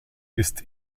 ist